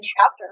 chapter